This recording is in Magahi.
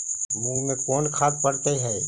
मुंग मे कोन खाद पड़तै है?